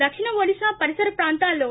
దక్షిణ ఒడిశా పరిసర ప్రాంతాల్లో